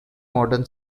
modern